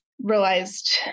realized